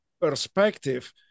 perspective